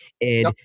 And-